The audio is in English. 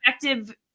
effective